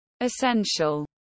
essential